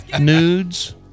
Nudes